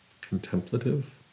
contemplative